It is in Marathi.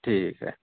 ठीक आहे